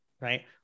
right